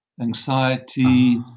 anxiety